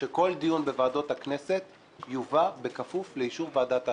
שכל דיון בוועדות הכנסת יובא בכפוף לאישור ועדת ההסכמות.